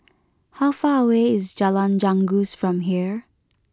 how far away is Jalan Janggus from here